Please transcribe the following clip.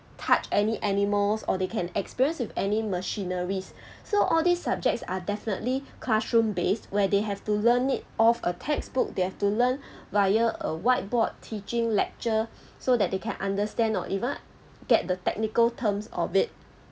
touch any animals or they can experience with any machineries so all these subjects are definitely classroom based where they have to learn it off a textbook they have to learn via a whiteboard teaching lecture so that they can understand or even get the technical terms of it